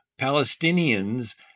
Palestinians